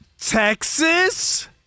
Texas